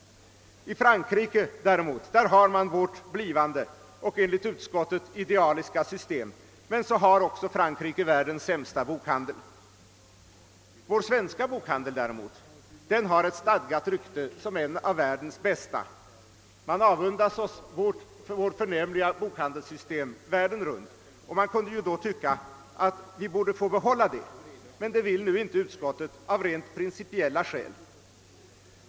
I Frankrike däremot har man vårt blivande och enligt utskottet idealiska system. Men så har också Frankrike världens sämsta bokhandel. Vår svenska bokhandel har däremot ett stadgat rykte som en av världens bästa. Världen runt avundas man oss vårt förnämliga bokhandelssystem, och man kunde ju då tycka att vi borde få behålla det. Men det vill nu inte utskottet av rent principiella skäl.